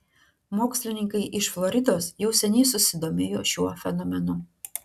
mokslininkai iš floridos jau seniai susidomėjo šiuo fenomenu